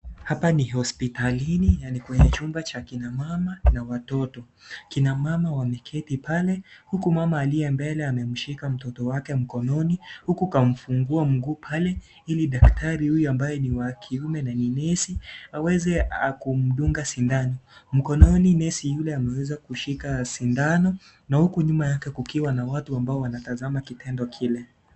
Hapa ni hospitalini na ni kwenye chumba cha akina mama na watoto. Kina mama wameketi pale huku mama aliye mbele amemshika mtoto wake mkononi huku kamfungua miguu pale ili daktari huyu ambaye ni nesi aweze akamdunga sindano . Mkononi nesi yule ameweza kushika sindano na huku nyuma yake kukiwa na watu ambao wanatazama kitendo kile.